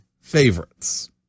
favorites